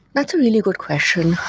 that's a really good question.